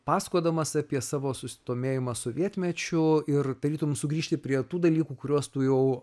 pasakodamas apie savo susidomėjimą sovietmečiu ir tarytum sugrįžti prie tų dalykų kuriuos tu jau